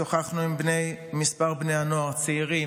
שוחחנו עם כמה בני נוער צעירים,